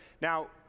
Now